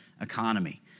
economy